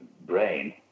brain